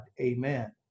Amen